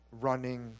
running